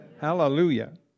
Hallelujah